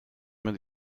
mit